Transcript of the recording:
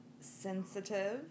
sensitive